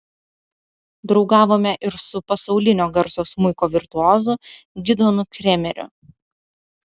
draugavome ir su pasaulinio garso smuiko virtuozu gidonu kremeriu